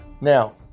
Now